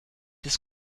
des